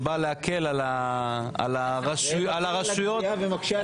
אגרות והוצאות,